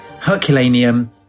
Herculaneum